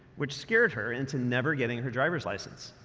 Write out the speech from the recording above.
which scared her into never getting her driver's license.